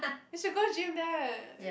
you should go gym there